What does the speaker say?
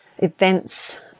Events